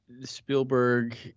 Spielberg